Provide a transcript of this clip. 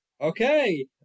Okay